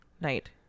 night